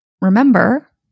remember